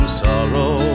sorrow